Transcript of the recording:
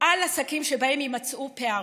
על עסקים שבהם יימצאו פערים.